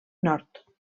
nord